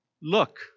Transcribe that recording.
Look